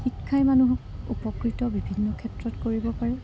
শিক্ষাই মানুহক উপকৃত বিভিন্ন ক্ষেত্ৰত কৰিব পাৰে